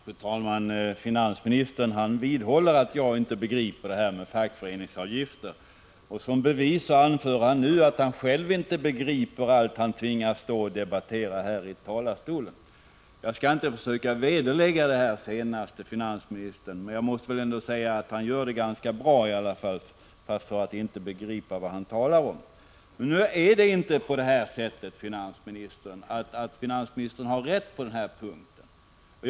Fru talman! Finansministern vidhåller att jag inte begriper detta med fackföreningsavgifter. Som bevis anför han att han själv inte begriper allt han tvingas stå och debattera här i talarstolen. Jag skall inte försöka vederlägga 49 Prot. 1985/86:158 detsenare, men jag måste säga att för att inte begripa vad han talar om så gör finansministern det ganska bra.